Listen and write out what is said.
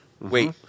Wait